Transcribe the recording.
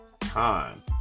time